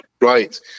Right